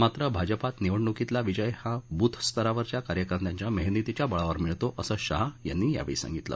मात्र भाजपात निवडणुकीतला विजय हा बूथ स्तरावरच्या कार्यकर्त्यांच्या मेहनतीच्या बळावर मिळतो असं शहा यांनी यावेळी सांगितलं